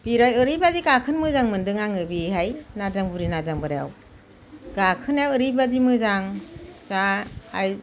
बिराद ओरैबायदि गाखोनो मोजां मोन्दो आङो बेहाय नारजां बुरि नारजां बोराइआव गाखोनाया ओरैबायदि मोजां दा हाय